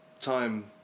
time